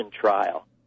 trial